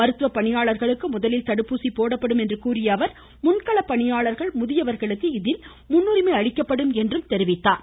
மருத்துவ பணியாளர்களுக்கு முதலில் தடுப்பூசி போடப்படும் என்று கூறிய அவர் முன்கள பணியாளர்கள் முதியவர்களுக்கு இதில் முன்னுரிமை அளிக்கப்படும் என்றார்